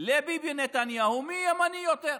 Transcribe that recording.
לביבי נתניהו היא מי ימני יותר.